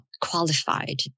qualified